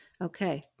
Okay